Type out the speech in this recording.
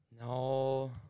No